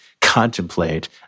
contemplate